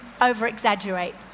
over-exaggerate